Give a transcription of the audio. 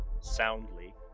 soundly